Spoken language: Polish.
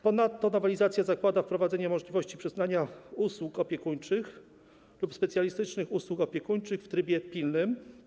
Ponadto nowelizacja zakłada wprowadzenie możliwości przyznania usług opiekuńczych lub specjalistycznych usług opiekuńczych w trybie pilnym.